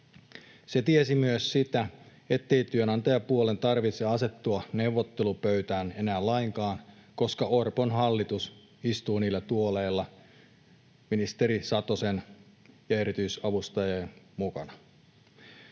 Se tiesi myös sitä, ettei työnantajapuolen tarvitse asettua neuvottelupöytään enää lainkaan, koska Orpon hallitus istuu niillä tuoleilla ministeri Satosen ja erityisavustajien mukana.